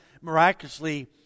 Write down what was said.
miraculously